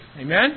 Amen